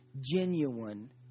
Genuine